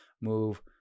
move